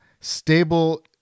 Stable